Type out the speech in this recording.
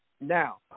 Now